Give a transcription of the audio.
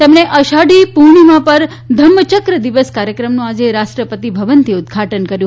તેમણે અષાઢી પૂર્ણિમા પર ધમ્મ ચક્ર દિવસ કાર્યક્રમનું આજે રાષ્ટ્રપતિ ભવનથી ઉદ્દઘાટન કર્યું